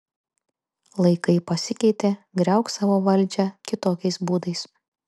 laikai pasikeitė griauk savo valdžią kitokiais būdais